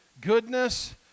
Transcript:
goodness